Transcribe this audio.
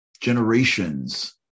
generations